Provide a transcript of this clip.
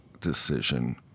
decision